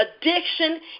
addiction